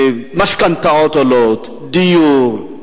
משכנתאות עולות, דיור.